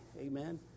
Amen